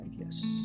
yes